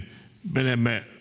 menemme